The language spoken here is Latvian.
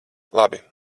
labi